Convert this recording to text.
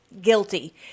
guilty